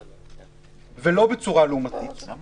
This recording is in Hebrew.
בצורה לעומתית בשמחה.